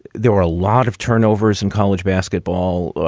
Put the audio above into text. there were a lot of turnovers in college basketball.